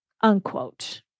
unquote